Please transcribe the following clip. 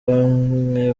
bamwe